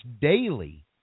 daily